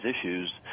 issues